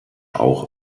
auch